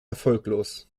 erfolglos